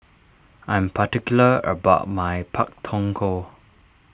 I am particular about my Pak Thong Ko